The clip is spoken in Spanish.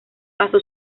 pasó